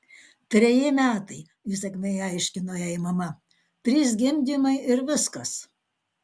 treji metai įsakmiai aiškino jai mama trys gimdymai ir viskas